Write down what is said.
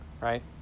right